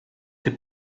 che